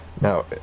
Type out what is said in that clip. Now